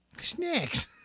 snacks